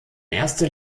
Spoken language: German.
erster